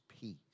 peace